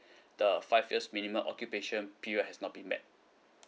the five years minimum occupation period has not been met